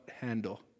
handle